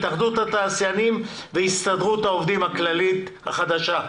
התאחדות התעשיינים והסתדרות העובדים הכללית החדשה.